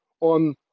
on